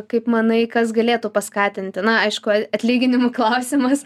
kaip manai kas galėtų paskatinti na aišku atlyginimų klausimas